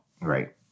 Right